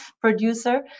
producer